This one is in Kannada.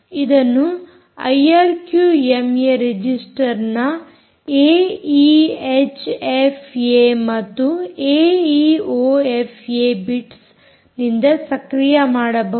ಇದನ್ನು ಐಆರ್ಕ್ಯೂಎಮ್ಏ ರಿಜಿಸ್ಟರ್ನ A E H F A ಮತ್ತು A E O F A ಬಿಟ್ಸ್ನಿಂದ ಸಕ್ರಿಯ ಮಾಡಬಹುದು